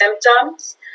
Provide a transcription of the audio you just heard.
symptoms